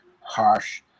harsh